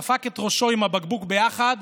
דפק את ראשו עם הבקבוק ביחד,